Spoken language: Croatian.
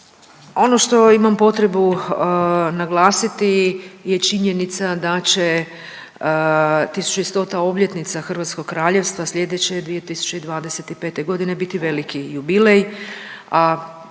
Ono što imam potrebu naglasiti je činjenica da će 1100 obljetnica hrvatskog kraljevstva sljedeće 2025. godine biti veliki jubilej,